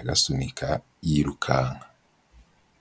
agasunika yirukanka.